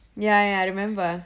ya ya I remember